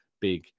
big